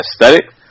aesthetic